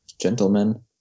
gentlemen